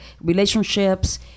relationships